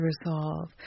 resolve